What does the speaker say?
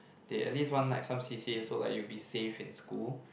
they at least want like some C_C_A so like you'll be safe in school